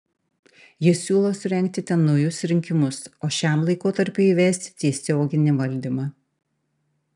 jie siūlo surengti ten naujus rinkimus o šiam laikotarpiui įvesti tiesioginį valdymą